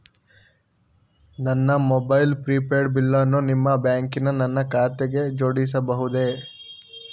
ನನ್ನ mobile prepaid ಬಿಲ್ಲನ್ನು ನಿಮ್ಮ ಬ್ಯಾಂಕಿನ ನನ್ನ ಖಾತೆಗೆ ಜೋಡಿಸಬಹುದೇ?